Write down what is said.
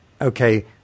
okay